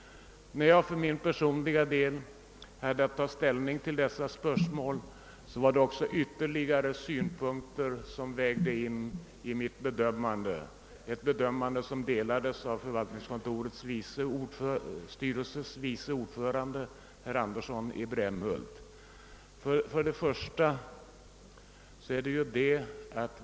När jag för min personliga del hade att ta ställning till detta ärende var det också andra synpunkter som jag ville väga mot varandra vid min bedömning. Denna min uppfattning delades för övrigt av vice ordföranden i förvaltningskontorets styrelse, herr Torsten Andersson i Brämhult, när han gjorde sin bedömning av detta spörsmål.